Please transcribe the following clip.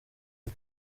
bwe